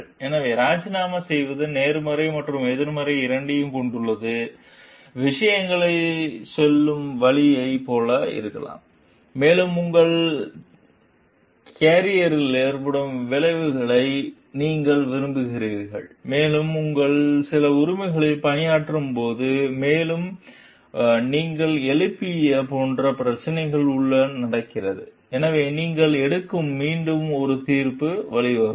எனவே ராஜினாமா செய்வது நேர்மறை மற்றும் எதிர்மறை இரண்டையும் கொண்டுள்ளது விஷயங்களைச் சொல்லும் வழிகளைப் போல இருக்கலாம் மேலும் உங்கள் கேரியரில் ஏற்படும் விளைவை நீங்கள் விரும்புகிறீர்கள் மேலும் உங்கள் சில உரிமைகளில் பணியாற்றுவது போன்றது மேலும் நீங்கள் எழுப்பிய போன்ற பிரச்சினையில் என்ன நடக்கிறது எனவே நீங்கள் எடுக்கும் மீண்டும் ஒரு தீர்ப்புக்கு வழிவகுக்கும்